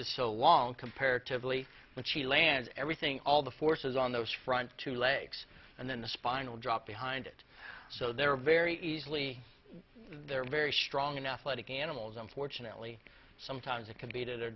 is so long comparatively and she lands everything all the forces on those front two legs and then the spinal drop behind it so they're very easily they're very strong enough political animals unfortunately sometimes it can be to their